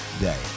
day